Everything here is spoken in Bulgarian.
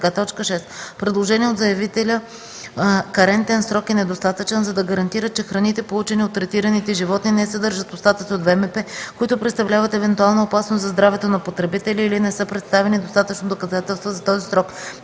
предложения от заявителя карентен срок е недостатъчен, за да гарантира, че храните, получени от третираните животни, не съдържат остатъци от ВМП, които представляват евентуална опасност за здравето на потребителя, или не са представени достатъчно доказателства за този срок;”